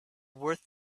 worth